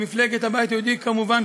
ומפלגת הבית היהודי כמובן,